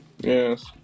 Yes